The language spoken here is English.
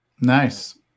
Nice